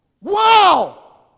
Wow